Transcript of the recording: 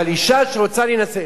אבל אשה שרוצה להינשא,